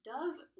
Dove